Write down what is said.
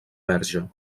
verge